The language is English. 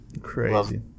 Crazy